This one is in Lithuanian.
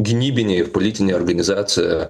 gynybinė ir politinė organizacija